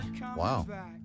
Wow